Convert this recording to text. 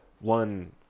one